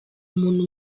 umuntu